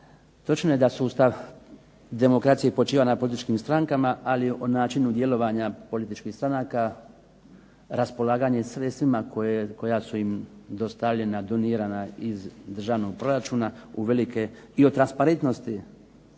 Točno je da sustav demokracije počiva na političkim strankama, ali o načinu djelovanja političkih stranaka, raspolaganje sredstvima koja su im dostavljena, donirana iz državnog proračuna i o transparentnosti